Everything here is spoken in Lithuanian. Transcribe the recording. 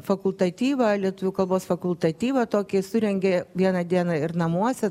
fakultatyvą lietuvių kalbos fakultatyvą tokį surengė vieną dieną ir namuose